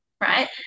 right